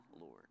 Lord